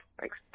Thanks